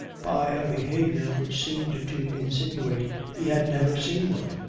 by a behavior which seemed to insinuate he had never seen one.